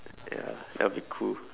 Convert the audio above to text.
ya that will be cool